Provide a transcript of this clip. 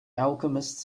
alchemist